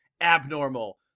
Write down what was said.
abnormal